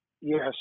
Yes